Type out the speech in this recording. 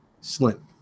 slim